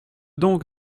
donc